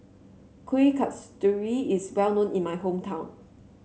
Kueh Kasturi is well known in my hometown